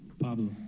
Pablo